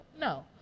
No